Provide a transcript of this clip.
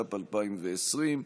התש"ף 2020,